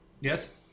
Yes